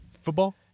football